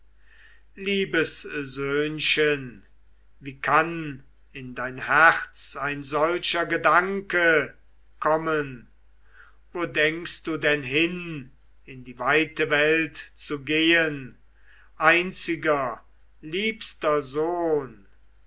liebes söhnchen wie kann in dein herz ein solcher gedanke kommen wo denkst du denn hin in die weite welt zu gehen einziger liebster sohn